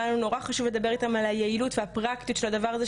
היה לנו נורא חשוב לדבר איתם על היעילות ועל הפרקטיות של הדבר הזה,